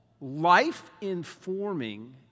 life-informing